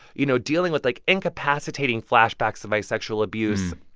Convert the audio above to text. you know, dealing with like incapacitating flashbacks of my sexual abuse